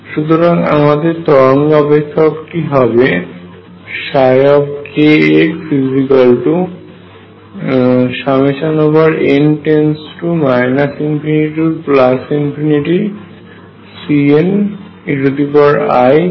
সুতরাং আমাদের তরঙ্গ অপেক্ষকটি হবে kxn ∞CneikGnx